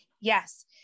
Yes